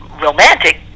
romantic